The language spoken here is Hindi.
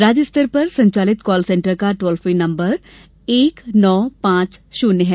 राज्य स्तर पर संचालित कॉल सेंटर का टोल फ्री नंबर एक नौ पांच षुन्य है